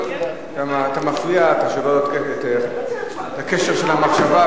אתה מפריע, אתה שובר לו את הקשר של המחשבה.